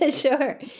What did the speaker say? Sure